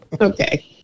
Okay